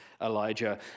Elijah